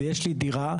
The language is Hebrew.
ויש לי דירה.